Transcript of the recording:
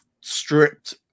stripped